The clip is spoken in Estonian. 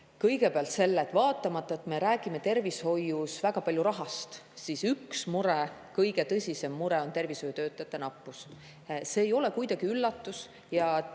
kõigepealt selle, et kuigi me räägime tervishoius väga palju rahast, siis kõige tõsisem mure on tervishoiutöötajate nappus. See ei ole kuidagi üllatus ja